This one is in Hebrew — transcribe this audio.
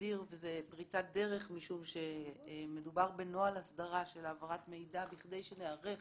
שמסדיר וזה פריצת דרך משום שמדובר בנוהל הסדרה של העברת מידע כדי שניערך